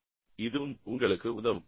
எனவே இதுவும் உங்களுக்கு உதவும்